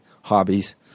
hobbies